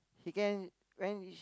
it can when